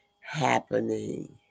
happening